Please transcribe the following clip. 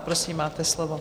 Prosím, máte slovo.